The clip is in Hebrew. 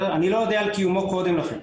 אני ל א יודע על קיומו קודם לכן.